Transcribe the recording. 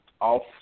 off